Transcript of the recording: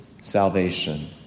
salvation